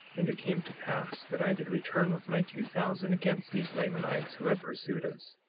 and it came to pass that i did return with my two thousand against these lamanites who had pursued us.